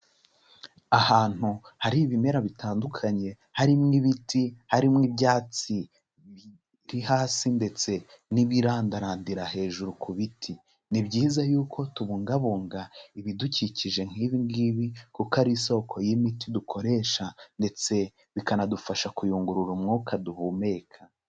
Ahantu hari ibimera bitandukanye, harimo ibiti, harimo ibyatsi biri hasi ndetse n'ibirandarandira hejuru ku biti, ni byiza yuko tubungabunga ibidukikije nk'ibi ngibi kuko ari isoko y'imiti dukoresha ndetse bikanadufasha kuyungurura umwuka duhumeka.